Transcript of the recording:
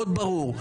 מאוד ברור.